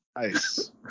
Nice